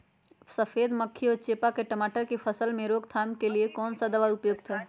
सफेद मक्खी व चेपा की टमाटर की फसल में रोकथाम के लिए कौन सा दवा उपयुक्त है?